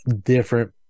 different